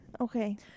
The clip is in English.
Okay